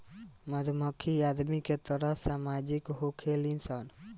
मधुमक्खी आदमी के तरह सामाजिक होखेली सन